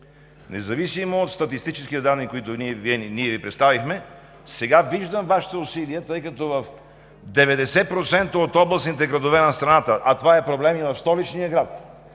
независимо от статистическите данни, които Ви представихме, сега виждам Вашите усилия. В 90% от областните градове на страната, а това е проблем и в столичния град,